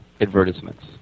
advertisements